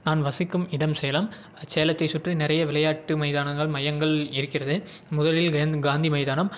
நான் வசிக்கும் இடம் சேலம் சேலத்தை சுற்றி நிறைய விளையாட்டு மைதானங்கள் மையங்கள் இருக்கிறது முதலில் காந்தி மைதானம்